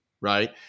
right